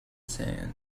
sand